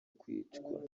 kwicwa